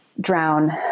drown